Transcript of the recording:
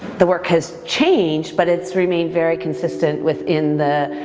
the work has changed but it's remained very consistent within the,